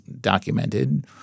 documented